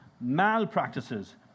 malpractices